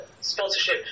sponsorship